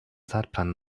zeitplan